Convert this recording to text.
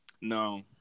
no